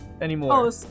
anymore